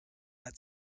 had